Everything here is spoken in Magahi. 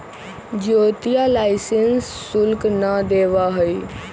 ज्योतिया लाइसेंस शुल्क ना देवा हई